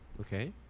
Okay